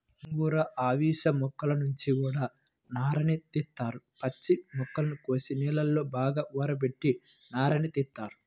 గోంగూర, అవిశ మొక్కల నుంచి గూడా నారని తీత్తారు, పచ్చి మొక్కల్ని కోసి నీళ్ళలో బాగా ఊరబెట్టి నారని తీత్తారు